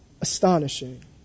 astonishing